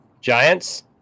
Giants